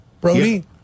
Brody